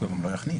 "לא יכניס"?